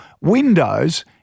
Windows